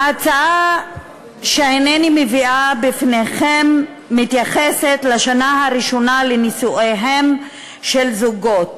ההצעה שהנני מביאה בפניכם מתייחסת לשנה הראשונה לנישואיהם של זוגות